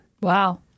Wow